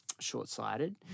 short-sighted